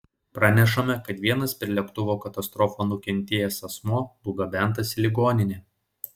pranešama kad vienas per lėktuvo katastrofą nukentėjęs asmuo nugabentas į ligoninę